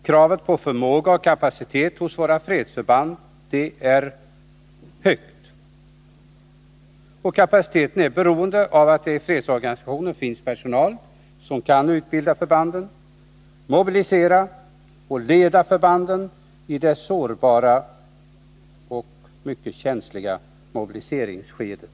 Kravet på förmåga och kapacitet hos våra fredsförband är högt. Kapaciteten är beroende av att det i fredsorganisationen finns personal som kan utbilda förbanden, mobilisera och leda krigsförbanden i det sårbara och mycket känsliga mobiliseringsskedet.